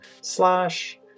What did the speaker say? slash